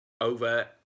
over